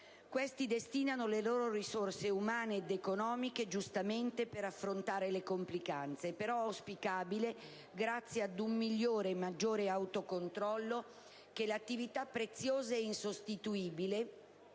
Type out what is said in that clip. destinano le loro risorse umane ed economiche ad affrontare le complicanze, ma è auspicabile - grazie ad un migliore e maggiore autocontrollo - che l'attività preziosa e insostituibile